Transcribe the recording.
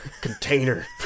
container